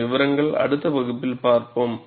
அதன் விவரங்கள் அடுத்த வகுப்பில் பார்ப்போம்